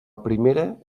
primera